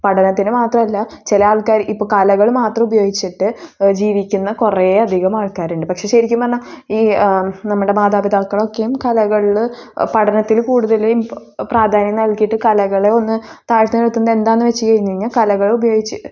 പഠനത്തിന് മാത്രമല്ല ചില ആൾക്കാർ ഇപ്പോൾ കലകൾ മാത്രം ഉപയോഗിച്ചിട്ട് ജീവിക്കുന്ന കുറെ അധികം ആൾക്കാരുണ്ട് പക്ഷേ ശരിക്കും പറഞ്ഞാൽ ഈ നമ്മുടെ മാതാപിതാക്കൾ ഒക്കെയും കലകളിൽ പഠനത്തിൽ കൂടുതൽ ഇമ്പൊ പ്രാധാന്യം നൽകിയിട്ട് കലകളെ ഒന്ന് താഴ്ത്തി നിർത്തുന്ന എന്താന്ന് വെച്ചു കഴിഞ്ഞ് കഴിഞ്ഞാൽ കലകളെ ഉപയോഗിച്ച്